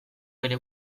bere